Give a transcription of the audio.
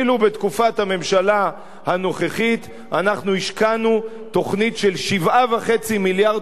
ואילו בתקופת הממשלה הנוכחית אנחנו השקענו בתוכנית של 7.5 מיליארד